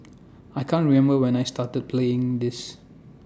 I can't remember when I started playing this